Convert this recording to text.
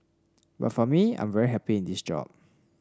but for me I am very happy in this job